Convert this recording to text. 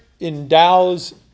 endows